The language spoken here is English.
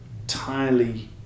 entirely